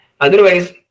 Otherwise